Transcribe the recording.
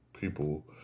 people